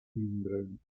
brown